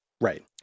Right